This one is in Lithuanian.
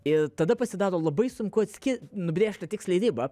ir tada pasidaro labai sunku atskirt nubrėžt tą tikslią ribą